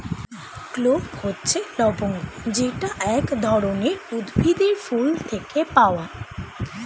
clove হচ্ছে লবঙ্গ যেটা এক ধরনের উদ্ভিদের ফুল থেকে পাওয়া